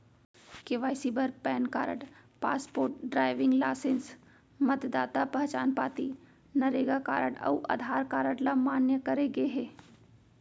KYC बर PAN card, passport, driving license, मतदाता पहचान पाती, नरेगा कारड अउ आधार कारड ल मान्य करे गे हे